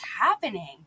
happening